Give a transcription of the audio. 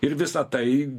ir visa tai